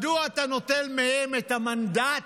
מדוע אתה נוטל מהם את המנדט